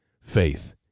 faith